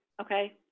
Okay